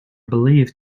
believed